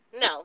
No